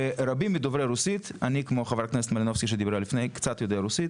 ורבים מדוברי הרוסית, אני קצת יודע רוסית